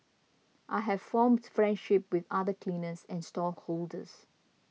I have formed friendships with other cleaners and stallholders